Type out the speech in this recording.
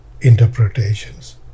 interpretations